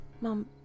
Mom